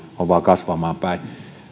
on vain kasvamaan päin